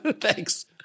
Thanks